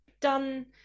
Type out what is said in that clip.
done